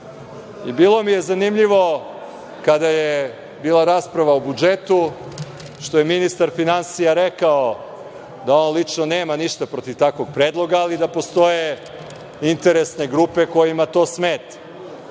dece. Bilo mi je zanimljivo kada je bila rasprava o budžetu što je ministar finansija rekao da on lično nema ništa protiv takvog predloga, ali da postoje interesne grupe kojima to smeta.